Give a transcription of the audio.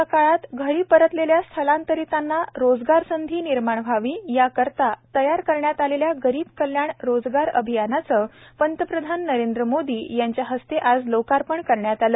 corona विषाणूम्ळे लागू टाळेबंदीच्या काळात घरी परतलेल्या स्थलांतरितांना रोजगार संधी निर्माण व्हावी याकरता तयार करण्यात आलेल्या गरीब कल्याण रोजगार अभियानाचं पंतप्रधान नरेंद्र मोदी यांच्या हस्ते आज लोकार्पण करण्यात आलं